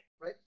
Right